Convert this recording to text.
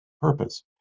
purpose